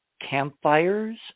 campfires